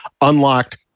unlocked